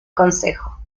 consejo